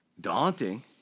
daunting